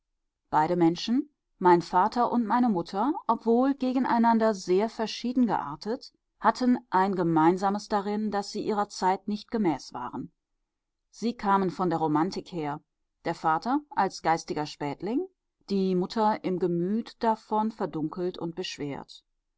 beide menschen mein vater und meine mutter obwohl gegeneinander sehr verschieden geartet hatten ein gemeinsames darin daß sie ihrer zeit nicht gemäß waren sie kamen von der romantik her der vater als geistiger spätling die mutter im gemüt davon verdunkelt und beschwert